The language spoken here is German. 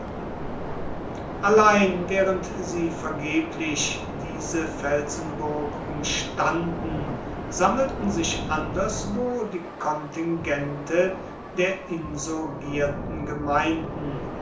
allein während sie vergeblich diese felsenburg umstanden sammelten sich anderswo die kontingente der insurgierten gemeinden